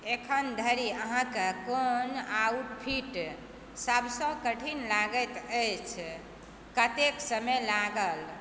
एखन धरि अहाँके कोन ऑउटफिट सभसँ कठिन लागैत अछि कतेक समय लागल